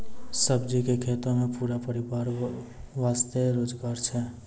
सब्जी के खेतों मॅ पूरा परिवार वास्तॅ रोजगार छै